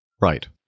Right